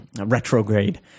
retrograde